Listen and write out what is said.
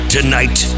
Tonight